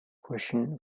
question